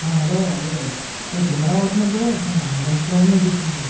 hello అదే ఇక్కడ camera వాడుతున్నప్పుడు చిన్న లెన్స్ ప్రాబ్లమ్ అయితే వచ్చింది